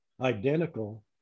identical